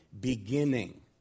beginning